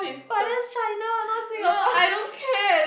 but that's China not Singapore